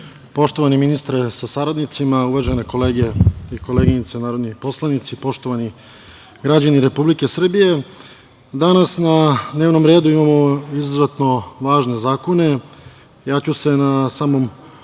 ministre sa saradnicima, uvažene kolege i koleginice narodni poslanici, poštovani građani Republike Srbije, danas na dnevnom redu imamo izuzetno važne zakone. Na samom